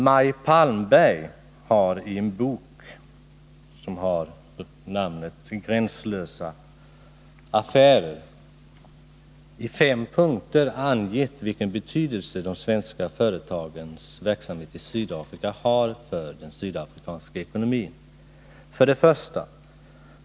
Mai Palmberg har i en bok med namnet Gränslösa affärer i fem punkter angett vilken betydelse de svenska företagens verksamhet i Sydafrika har för den sydafrikanska ekonomin: 1.